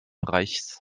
reichs